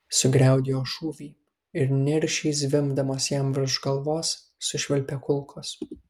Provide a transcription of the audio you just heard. sugriaudėjo šūviai ir niršiai zvimbdamos jam virš galvos sušvilpė kulkos